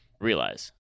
realize